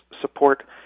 support